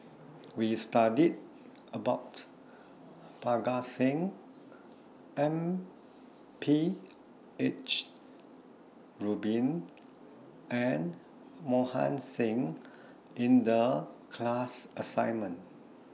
We studied about Parga Singh M P H Rubin and Mohan Singh in The class assignment